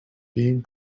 being